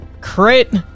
Crit